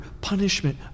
punishment